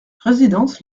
résidence